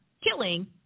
killing